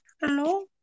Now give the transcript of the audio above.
Hello